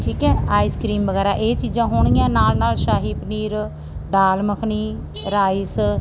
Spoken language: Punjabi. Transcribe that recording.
ਠੀਕ ਹੈ ਆਈਸਕ੍ਰੀਮ ਵਗੈਰਾ ਇਹ ਚੀਜ਼ਾਂ ਹੋਣਗੀਆਂ ਨਾਲ ਨਾਲ ਸ਼ਾਹੀ ਪਨੀਰ ਦਾਲ ਮਖਣੀ ਰਾਈਸ